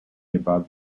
above